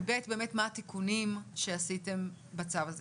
ו-ב', מה התיקונים שעשיתם בצו הזה.